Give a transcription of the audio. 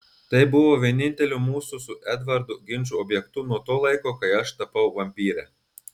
tai buvo vieninteliu mūsų su edvardu ginčų objektu nuo to laiko kai aš tapau vampyre